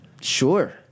Sure